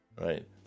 Right